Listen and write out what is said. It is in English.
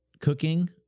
cooking